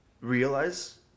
realize